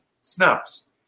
snaps